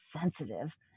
sensitive